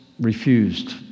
refused